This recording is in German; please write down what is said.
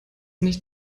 nicht